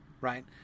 right